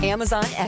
Amazon